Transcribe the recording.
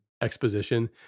exposition